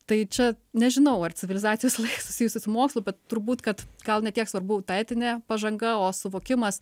tai čia nežinau ar civilizacijos susijusi su mokslu bet turbūt kad gal ne tiek svarbu ta etinė pažanga o suvokimas